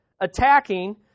attacking